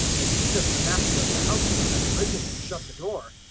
as soon as the master of the house shall have risen and shut the door,